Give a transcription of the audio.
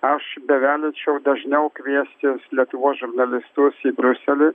aš bevelyčiau dažniau kviestis lietuvos žurnalistus į briuselį